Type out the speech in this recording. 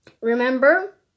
remember